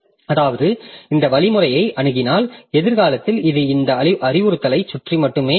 அதாவது இந்த வழிமுறையை அணுகினால் எதிர்காலத்தில் இது இந்த அறிவுறுத்தலைச் சுற்றி மட்டுமே இருக்கும்